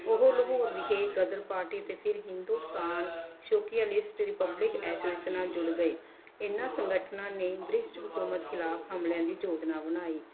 ਉਹ ਲਾਹੌਰ ਵਿਖੇ ਗਦਰ ਪਾਰਟੀ ਅਤੇ ਫਿਰ ਹਿੰਦੁਸਤਾਨ ਸ਼ੁਕੀਆਲਿਸਟ ਰਪਬਲਿਕ ਐਸੋਸੀਏਸਨ ਨਾਲ ਜੁੜ ਗਏ ਇਹਨਾਂ ਸੰਗਠਨਾਂ ਨੇ ਬ੍ਰਿਸਟ ਹਕੂਮਤ ਖਿਲਾਫ ਹਮਲਿਆਂ ਦੀ ਯੋਜਨਾ ਬਣਾਈ